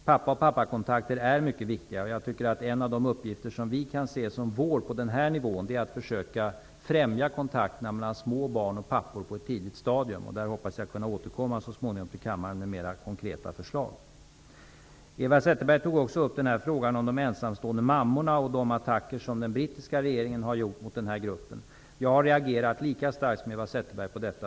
Pappa och pappakontakter är mycket viktiga. Jag tycker att en av de uppgifter som vi kan se som vår på den här nivån är att försöka främja kontakterna mellan små barn och pappor på ett tidigt stadium. Där hoppas jag kunna återkomma till kammaren så småningom med mer konkreta förslag. Eva Zetterberg tog också upp frågan om de ensamstående mammorna och de attacker som den brittiska regeringen har gjort mot den gruppen. Jag har reagerat lika starkt som Eva Zetterberg mot detta.